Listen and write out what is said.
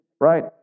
right